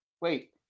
wait